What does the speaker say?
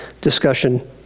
discussion